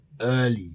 early